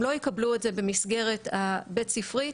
הם לא יקבלו את זה במסגרת הבית ספרית